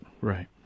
right